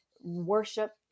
worship